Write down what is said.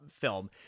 film—